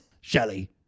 Shelley